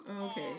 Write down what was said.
okay